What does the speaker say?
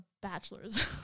bachelor's